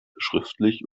schriftlich